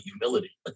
humility